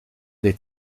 dei